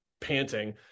panting